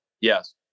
yes